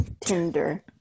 Tinder